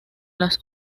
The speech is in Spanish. las